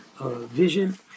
vision